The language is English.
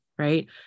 right